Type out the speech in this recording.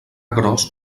gros